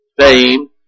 fame